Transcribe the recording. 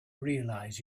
realize